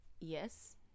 Yes